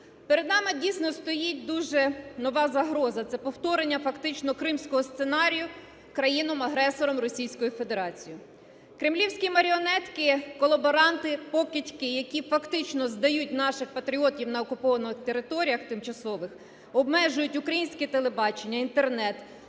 Перед нами дійсно стоїть дуже нова загроза – це повторення фактично кримського сценарію країною-агресором Російською Федерацією. Кремлівські маріонетки, колаборанти, покидьки, які фактично здають наших патріотів на окупованих територіях тимчасово, обмежують українське телебачення, інтернет,